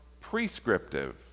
prescriptive